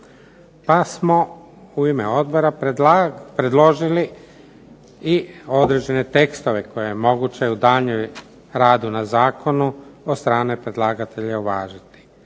Pa smo u ime odbora predložili i određene tekstove koje je moguće u daljnjem radu na zakonu od strane predlagatelja uvažiti.